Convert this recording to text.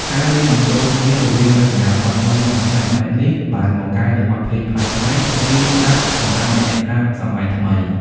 ការលាយបញ្ចូលគ្នារវាងរចនាប័ទ្មថ្មីនិងចាស់បែបនេះបានបង្កើតនូវបទភ្លេងប្លែកៗនិងងាយស្ដាប់សម្រាប់អ្នកស្ដាប់សម័យថ្មី។